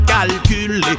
calculé